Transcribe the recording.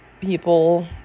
people